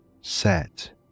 set